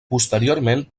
posteriorment